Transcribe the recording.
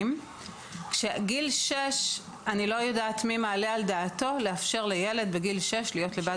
הבעיה המרכזית הראשונה היא חוסר מודעות של ההורים.